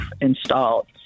installed